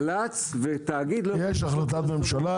גל"צ ותאגיד --- יש החלטת ממשלה,